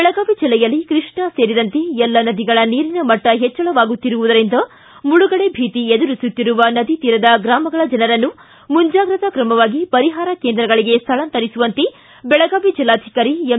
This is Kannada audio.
ಬೆಳಗಾವಿ ಜಿಲ್ಲೆಯಲ್ಲಿ ಕೃಷ್ಣಾ ಸೇರಿದಂತೆ ಎಲ್ಲ ನದಿಗಳ ನೀರಿನ ಮಟ್ಟ ಹೆಚ್ಚಳವಾಗುತ್ತಿರುವುದರಿಂದ ಮುಳುಗಡೆ ಭೀತಿ ಎದುರಿಸುತ್ತಿರುವ ನದಿಪೀರದ ಗ್ರಾಮಗಳ ಜನರನ್ನು ಮುಂಜಾಗ್ರತಾ ಕ್ರಮವಾಗಿ ವರಿಪಾರ ಕೇಂದ್ರಗಳಿಗೆ ಸ್ಥಳಾಂತರಿಸುವಂತೆ ಬೆಳಗಾವಿ ಜಿಲ್ಲಾಧಿಕಾರಿ ಎಂ